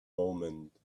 moment